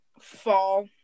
Fall